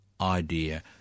idea